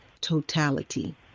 Totality